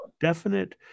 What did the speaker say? definite